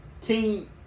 Team